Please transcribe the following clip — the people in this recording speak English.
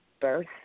birth